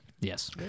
Yes